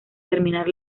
terminar